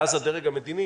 ואז הדרג המדיני